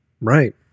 Right